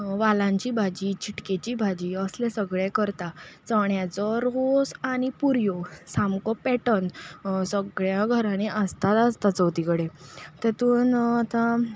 वालांची भाजी चिटकेची भाजी असलें सगळें करता चण्याचो रोस आनी पुऱ्यो सामको पेटर्न सगळ्या घरांनीच आसताच आसता चवथी कडेन तेतून आतां